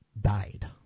died